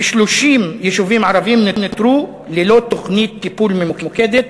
כ-30 יישובים ערביים נותרו ללא תוכנית טיפול ממוקדת,